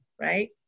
right